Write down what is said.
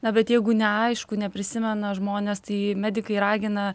na bet jeigu neaišku neprisimena žmonės tai medikai ragina